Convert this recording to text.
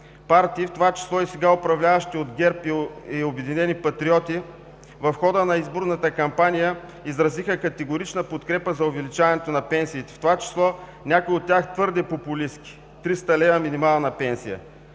партии, в това число и сега управляващите от ГЕРБ и „Обединените патриоти“ в хода на изборната кампания изразиха категорично подкрепа за увеличаване на пенсиите, в това число някои от тях – твърде популистки – 300 лева минимална пенсия!